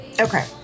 Okay